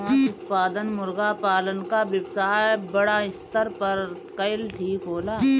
मांस उत्पादन खातिर मुर्गा पालन क व्यवसाय बड़ा स्तर पर कइल ठीक होला